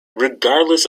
regardless